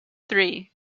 three